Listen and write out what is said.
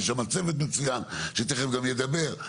יש שם צוות מצוין שתכף גם ידבר,